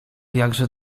jakże